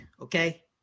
okay